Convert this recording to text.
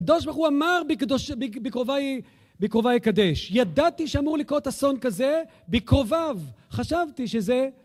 הקדוש ברוך הוא אמר בקרובי אקדש. ידעתי שאמור לקרות אסון כזה בקרוביו חשבתי שזה